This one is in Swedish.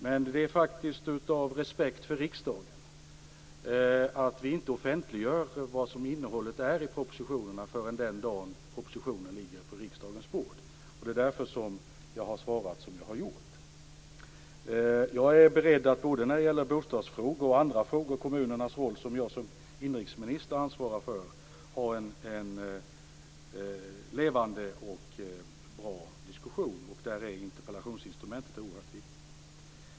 Men det är av respekt för riksdagen som vi i regeringen inte offentliggör innehållet i propositionerna förrän den dag som propositionen ligger på riksdagens bord. Det är därför som jag har svarat som jag har gjort. När det gäller både bostadsfrågor och andra frågor som jag som inrikesminister ansvarar för är jag beredd att föra en levande och bra diskussion. Där är interpellationsinstrumentet oerhört viktigt.